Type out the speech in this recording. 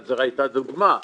זו הייתה רק דוגמה,